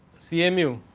cmu,